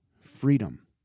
freedom